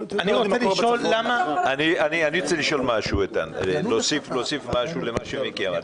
אני רוצה להוסיף משהו על מה שמיקי אמר.